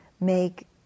make